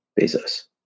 Bezos